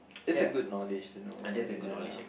it's a good knowledge to know about it ya